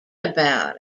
about